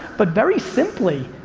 but very simply,